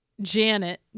Janet